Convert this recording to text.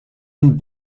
and